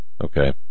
Okay